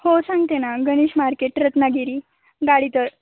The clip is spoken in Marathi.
हो सांगते ना गणेश मार्केट रत्नागिरी गाडी तळ